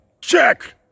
Check